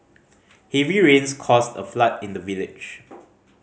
heavy rains caused a flood in the village